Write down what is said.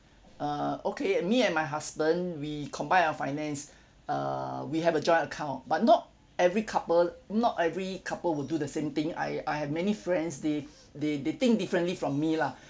err okay me and my husband we combine our finance err we have a joint account but not every couple not every couple will do the same thing I I have many friends they they they think differently from me lah